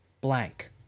blank